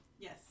Yes